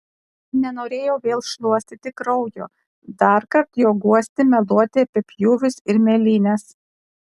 nenorėjau vėl šluostyti kraujo darkart jo guosti meluoti apie pjūvius ir mėlynes